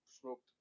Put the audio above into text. smoked